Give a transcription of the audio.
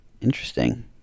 Interesting